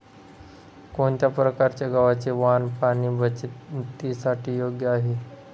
कोणत्या प्रकारचे गव्हाचे वाण पाणी बचतीसाठी योग्य आहे?